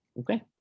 Okay